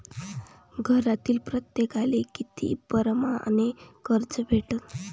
घरातील प्रत्येकाले किती परमाने कर्ज भेटन?